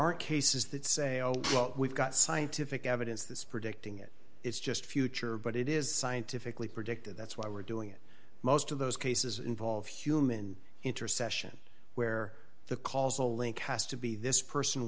are cases that say oh we've got scientific evidence this predicting it is just future but it is scientifically predictive that's why we're doing it most of those cases involve human intercession where the causal link has to be this person w